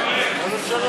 תנשמו,